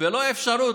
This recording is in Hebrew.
ולא אפשרות,